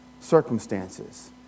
circumstances